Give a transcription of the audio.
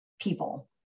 people